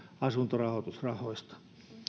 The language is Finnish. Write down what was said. asuntorahoitusrahoista